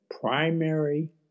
primary